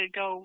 go